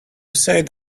said